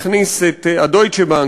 ה"דויטשה בנק",